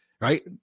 right